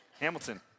Hamilton